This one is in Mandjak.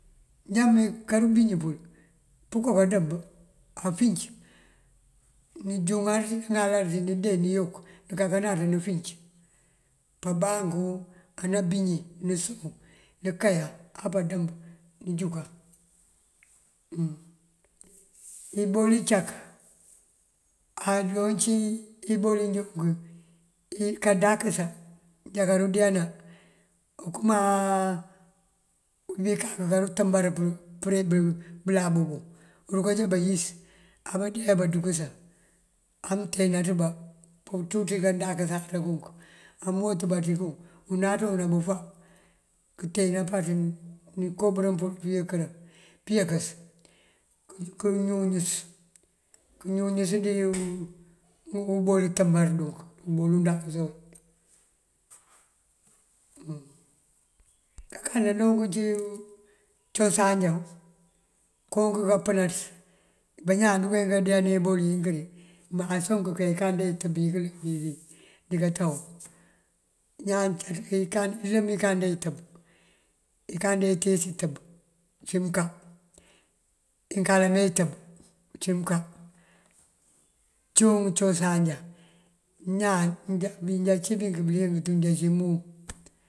Ajá ní kambíñ pël punko kandemb afic nënjúŋar bí naŋalar bí, nëndee kayok nënkankanaţa nënkankanaţa nëfic. Pambanku anabíñí nësunku nënkáyan apandëmb nënjúkan. ibol incak ajoon cí ibol injook kandakësa njá kandu ndeena okëma imbí kak koontembër pël përe pun bëláab bun. Urunkanjá payíis ambandee aparukësa amënteenaţ bá pënţu ţí kandakësasa kunk. Á mëwët bá ţí kun, unáţoo ţí bëfa kënteen nampaţ ní këmbërin pël pëyënkës, këñuñës këñuñës dí ubol untambarën dunk ubol undankësa unk. kankanda joonk cí cosan njá bëţ koonk kampënaţ. Bañaan dunkeenk kandeela dí ibol inkiri, má soŋ kënka inkande itíis intëb inyí kí ţíj iyí kato. Ñaan káaţ inkande itíis intëb uncí mënká inkalëme intëb uncí mënká cíwun cosan njá. Ñaan nja cí bink bëliyëng tú mun.